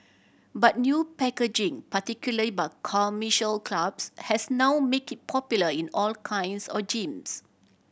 but new packaging particularly by commercial clubs has now make it popular in all kinds or gyms